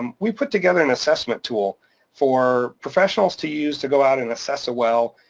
um we put together an assessment tool for professionals to use to go out and assess a well.